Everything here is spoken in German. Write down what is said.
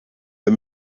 der